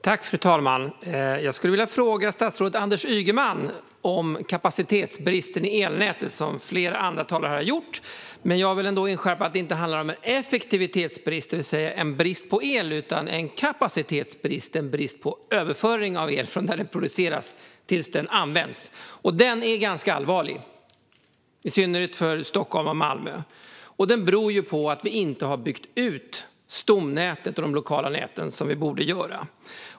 Fru talman! Jag skulle vilja ställa en fråga till statsrådet Anders Ygeman om kapacitetsbristen i elnäten, vilket flera andra talare har gjort. Jag vill dock inskärpa att det inte handlar om en effektivitetsbrist, det vill säga en brist på el, utan en kapacitetsbrist, som är en brist i överföringen av el från där den produceras till där den används. Denna brist är ganska allvarlig, i synnerhet för Stockholm och Malmö. Den beror på att vi inte har byggt ut stomnätet och de lokala näten på det sätt som vi borde göra.